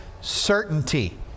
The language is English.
certainty